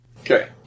Okay